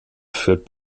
führt